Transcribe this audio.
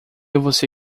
você